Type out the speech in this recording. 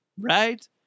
right